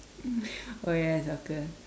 oh ya soccer